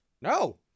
No